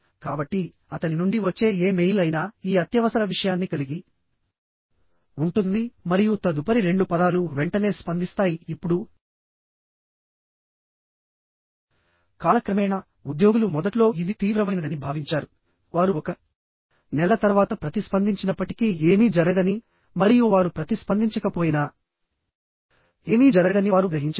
కాబట్టి అతని నుండి వచ్చే ఏ మెయిల్ అయినా ఈ అత్యవసర విషయాన్ని కలిగి ఉంటుంది మరియు తదుపరి రెండు పదాలు వెంటనే స్పందిస్తాయి ఇప్పుడు కాలక్రమేణా ఉద్యోగులు మొదట్లో ఇది తీవ్రమైనదని భావించారు వారు ఒక నెల తర్వాత ప్రతిస్పందించినప్పటికీ ఏమీ జరగదని మరియు వారు ప్రతిస్పందించకపోయినా ఏమీ జరగదని వారు గ్రహించారు